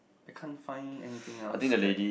I can't find anything else that